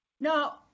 Now